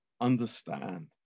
understand